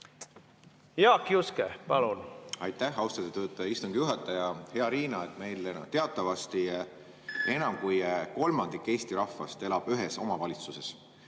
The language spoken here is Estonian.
Jaak Juske, palun! Aitäh, austatud istungi juhataja! Hea Riina! Teatavasti enam kui kolmandik Eesti rahvast elab ühes omavalitsuses